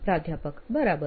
પ્રાધ્યાપક બરાબર